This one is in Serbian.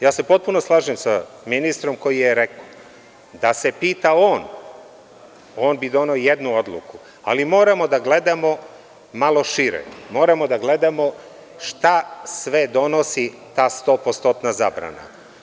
Ja se potpuno slažem sa ministrom, koji je rekao da se pita on, on bi doneo jednu odluku, ali moramo da gledamo malo šire, moramo da gledamo šta sve donosi ta stopostotna zabrana.